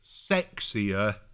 sexier